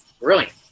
brilliant